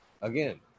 Again